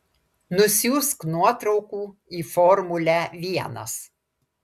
nusiųsk nuotraukų į formulę vienas